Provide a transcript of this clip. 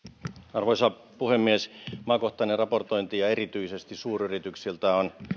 arvoisa puhemies maakohtainen raportointi ja erityisesti suuryrityksiltä on